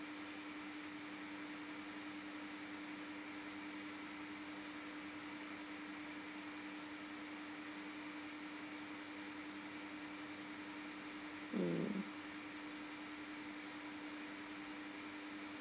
mm